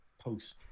post